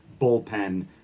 bullpen